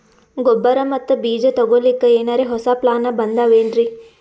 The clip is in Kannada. ಗೊಬ್ಬರ ಮತ್ತ ಬೀಜ ತೊಗೊಲಿಕ್ಕ ಎನರೆ ಹೊಸಾ ಪ್ಲಾನ ಬಂದಾವೆನ್ರಿ?